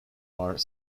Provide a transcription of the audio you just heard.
are